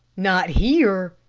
not here?